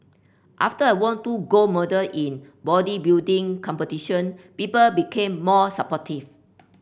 after I won two gold medal in bodybuilding competition people became more supportive